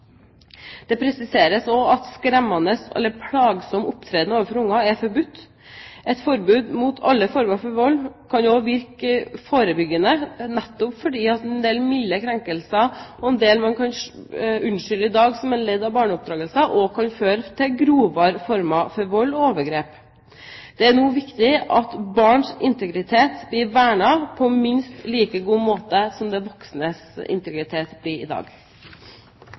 Det presiseres også at skremmende eller plagsom opptreden overfor barn er forbudt. Et forbud mot alle former for vold kan også virke forebyggende, nettopp fordi en del milde krenkelser og en del man kan unnskylde i dag som ledd i barneoppdragelsen, kan føre til grovere former for vold og overgrep. Det er nå viktig at barns integritet blir vernet på minst like god måte som det de voksnes integritet blir i dag.